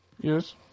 Yes